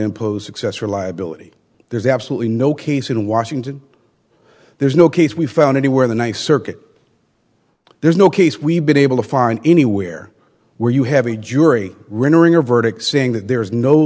impose excess reliability there's absolutely no case in washington there's no case we found anywhere the nice circuit there's no case we've been able to find anywhere where you have a jury rendering a verdict saying that there is no